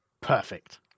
Perfect